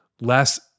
less